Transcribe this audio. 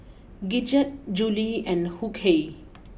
Gidget Julie and Hughey